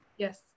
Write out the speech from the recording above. Yes